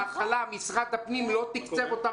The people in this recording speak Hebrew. בהתחלה משרד הפנים לא תקצב אותן.